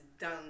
done